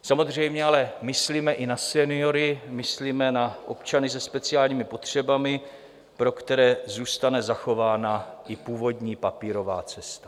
Samozřejmě ale myslíme i na seniory, myslíme na občany se speciálními potřebami, pro které zůstane zachována i původní papírová cesta.